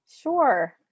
Sure